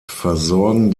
versorgen